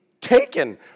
taken